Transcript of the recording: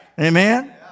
Amen